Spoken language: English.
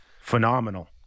phenomenal